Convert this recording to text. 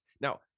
Now